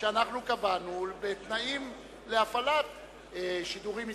שאנחנו קבענו ובתנאים להפעלת שידורים מסחריים,